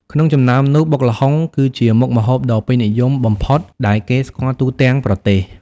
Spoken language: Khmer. ក្នុងចំណោមនោះ បុកល្ហុង គឺជាមុខម្ហូបដ៏ពេញនិយមបំផុតដែលគេស្គាល់ទូទាំងប្រទេស។